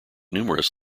numerous